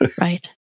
Right